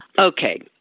Okay